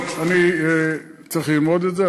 טוב, אני צריך ללמוד את זה.